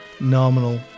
nominal